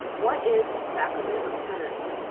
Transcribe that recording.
what is the sacrament of penance?